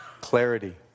clarity